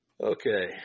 Okay